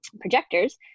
projectors